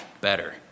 better